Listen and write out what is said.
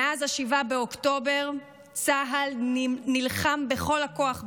מאז 7 באוקטובר צה"ל נלחם בכל הכוח בחושך,